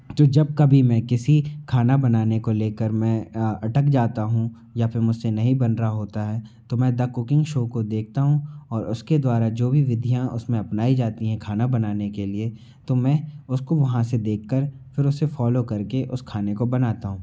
तो जब कभी मैं किसी खाना बनाने को ले कर मैं अटक जाता हूँ या फिर मुझ से नहीं बन रहा होता है तो मैं द कुकिंग शो को देखता हूँ और उसके द्वारा जो भी विधियाँ उस में अपनाई जाती हैं खाना बनाने के लिए तो मैं उसको वहाँ से देख कर फिर उसे फॉलो कर के उस खाने को बनाता हूँ